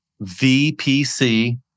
VPC